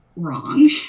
Wrong